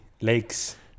lakes